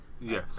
Yes